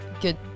good